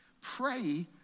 Pray